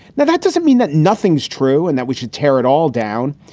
that that doesn't mean that nothing's true and that we should tear it all down.